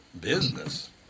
Business